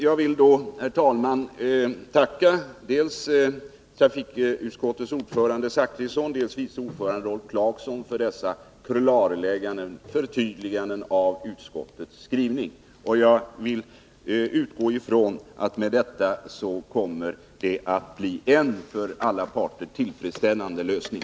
Jag vill, herr talman, tacka dels trafikutskottets ordförande Bertil Zachrisson, dels vice ordföranden Rolf Clarkson för deras klarlägganden och förtydliganden av utskottets skrivning. Jag utgår från att detta kommer att bli en för alla parter tillfredsställande lösning.